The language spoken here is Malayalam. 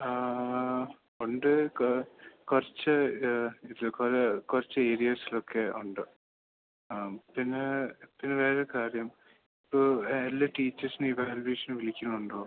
ഉണ്ട് കുറച്ച് ഇത് കുറച്ചേരിയാസിലൊക്കെ ഉണ്ട് പിന്നേ പിന്നെയൊരു കാര്യം ഇപ്പോൾ എല്ലാ ടീച്ചേഴ്സിനെ ഇവാല്യുവേഷന് വിളിക്കുന്നുണ്ടോ